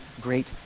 Great